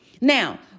Now